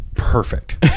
perfect